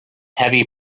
heavy